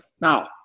Now